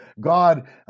God